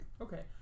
Okay